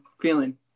feeling